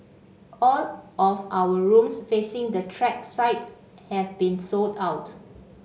all of our rooms facing the track side have been sold out